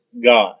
God